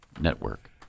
network